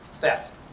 theft